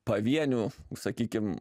pavienių sakykim